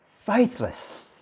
faithless